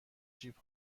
جیب